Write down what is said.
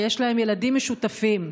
ויש להם ילדים משותפים.